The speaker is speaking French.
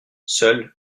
seule